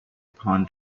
upon